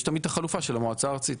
יש תמיד את החלופה של המועצה הארצית.